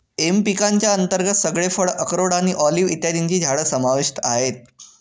M पिकांच्या अंतर्गत सगळे फळ, अक्रोड आणि ऑलिव्ह इत्यादींची झाडं समाविष्ट आहेत